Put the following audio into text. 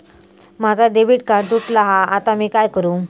माझा debit card तुटला हा आता मी काय करू?